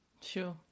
sure